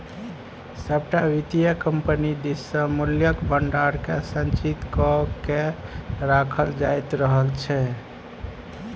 सभटा वित्तीय कम्पनी दिससँ मूल्यक भंडारकेँ संचित क कए राखल जाइत रहल छै